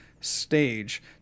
stage